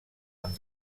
amb